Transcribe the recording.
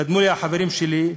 קדמו לי החברים שלי,